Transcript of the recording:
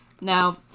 Now